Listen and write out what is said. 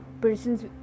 persons